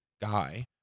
guy